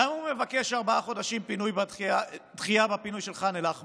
למה הוא מבקש דחייה של ארבעה חודשים בפינוי של ח'אן אל-אחמר,